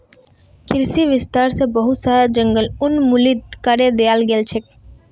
कृषि विस्तार स बहुत सारा जंगल उन्मूलित करे दयाल गेल छेक